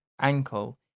ankle